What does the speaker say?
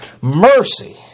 Mercy